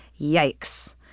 Yikes